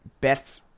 Beth